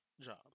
job